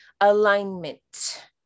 alignment